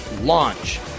launch